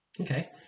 okay